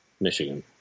Michigan